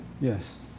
Yes